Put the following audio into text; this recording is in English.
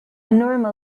normal